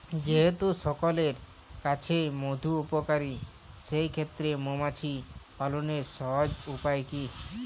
যেহেতু সকলের কাছেই মধু উপকারী সেই ক্ষেত্রে মৌমাছি পালনের সহজ উপায় কি?